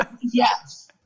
yes